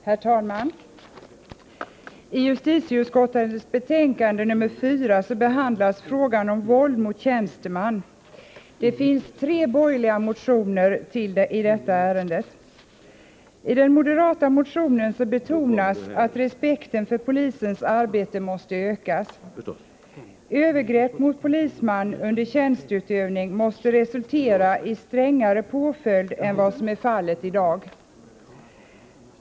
Herr talman! I justitieutskottets betänkande nr 4 behandlas frågan om våld mot tjänsteman. I detta ärende finns tre borgerliga motioner. I den moderata motionen betonas att respekten för polisens arbete måste ökas. Övergrepp mot polisman under tjänsteutövning måste resultera i strängare påföljd än vad som är fallet i dag.